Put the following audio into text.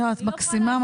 את מקסימה,